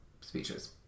speeches